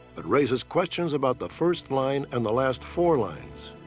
but raises questions about the first line and the last four lines.